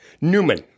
Newman